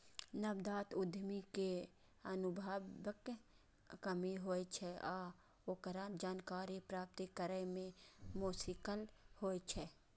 नवजात उद्यमी कें अनुभवक कमी होइ छै आ ओकरा जानकारी प्राप्त करै मे मोश्किल होइ छै